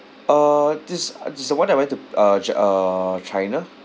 uh this uh this is the one I went to uh ch~ uh china